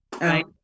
right